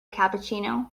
cappuccino